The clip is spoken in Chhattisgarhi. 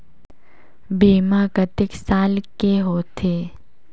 बीमा कतेक साल के होथे?